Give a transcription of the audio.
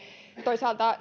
toisaalta